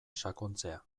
sakontzea